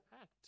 act